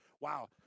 wow